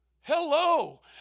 Hello